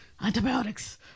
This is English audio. Antibiotics